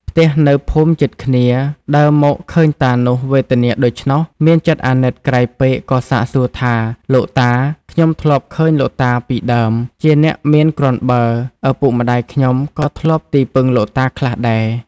ផ្ទះនៅភូមិជិតគ្នាដើរមកឃើញតានោះ វេទនាដូច្នោះ មានចិត្តអាណិតក្រៃពេកក៏សាកសួរថា “លោកតា! ខ្ញុំធ្លាប់ឃើញលោកតាពីដើម ជាអ្នកមានគ្រាន់បើឪពុកម្តាយខ្ញុំក៏ធ្លាប់ទីពឹងលោកតាខ្លះដែរ។